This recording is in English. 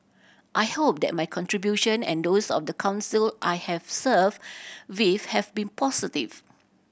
I hope that my contribution and those of the Council I have served with have been positive